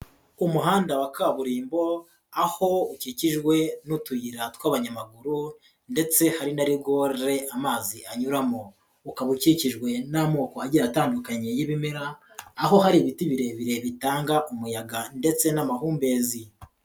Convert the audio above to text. Umuhanda wa kaburimbo aho ukikijwe n'utuyira tw'abanyamaguru ndetse hari na rigore amazi anyuramo, ukaba ukikijwe n'amoko agiye atandukanye y'ibimera, aho hari ibiti birebire bitanga umuyaga ndetse n'amahumbezi.